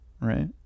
right